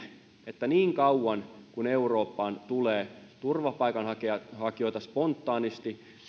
että niin kauan kuin eurooppaan tulee turvapaikanhakijoita spontaanisti